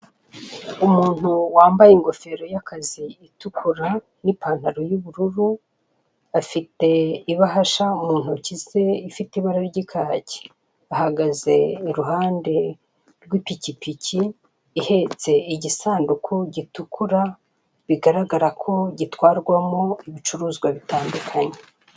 Umuntu wambaye ingofero y'akazi itukura n'ipantalo y'ubururu afite ibahasha mu ntoki ze ifite ibara ry'ikaki, ahagaze iruhande rw'ipikipiki ihetse igisanduku gitukura bigaragara ko gitwarwamo ibicuruzwa bitandukanye.